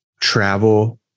travel